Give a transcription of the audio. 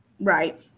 Right